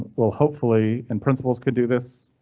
well, hopefully and principles could do this,